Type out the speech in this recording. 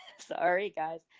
sorry guys,